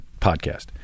podcast